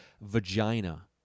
vagina